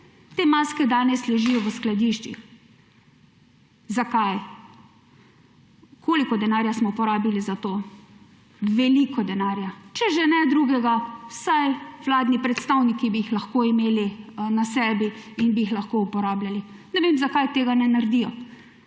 Te maske danes ležijo v skladiščih. Zakaj? Koliko denarja smo porabili za to? Veliko denarja. Če že ne drugega, vsaj vladni predstavniki bi jih lahko imeli na sebi in bi jih lahko uporabljali. Ne vem, zakaj tega ne naredijo.